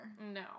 No